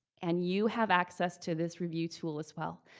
and you have access to this review tool as well.